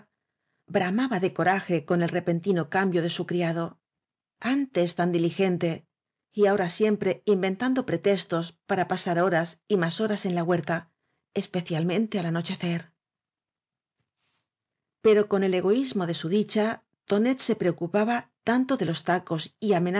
ba de coraje con el repentino cambio de su criado antes tan diligente ahora y siempre inventando pretestos para pasar horas y más horas en la huerta especialmente al anochecer pero con el egoísmo de su dicha tonet se preocupaba tanto de los tacos y